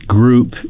group